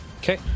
Okay